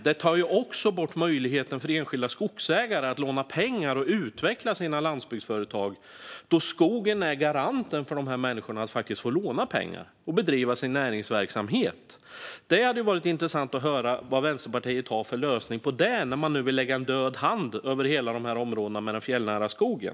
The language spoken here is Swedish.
Detta skulle också ta bort möjligheten för enskilda skogsägare att låna pengar och utveckla sina landsbygdsföretag, för skogen är garanten som gör att dessa människor får låna pengar och kan bedriva sin näringsverksamhet. Det hade varit intressant att höra vad Vänsterpartiet har för lösning på detta när man nu vill lägga en död hand över dessa områden i den fjällnära skogen.